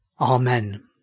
Amen